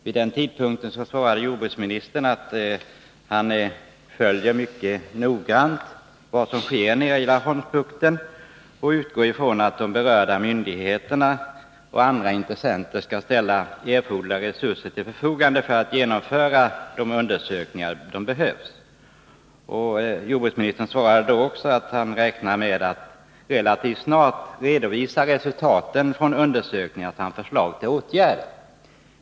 Vid den tidpunkten svarade jordbruksministern att han mycket noggrant följer vad som sker i Laholmsbukten och utgår ifrån att de berörda myndigheterna och andra intressenter skall ställa erforderliga resurser till förfogande för att man skall kunna genomföra de undersökningar som behövs. Jordbruksministern svarade då också att han räknade med att relativt snabbt kunna redovisa resultaten från undersökningar samt lägga fram förslag till åtgärder.